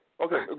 Okay